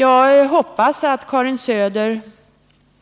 Jag hoppas att Karin Söder